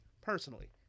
personally